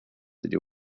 they